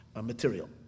material